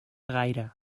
gaire